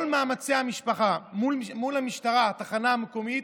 כל מאמצי המשפחה מול המשטרה, התחנה המקומית,